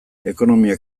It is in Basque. ekonomia